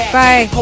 bye